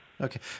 Okay